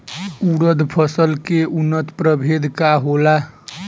उरद फसल के उन्नत प्रभेद का होला?